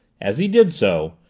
as he did so,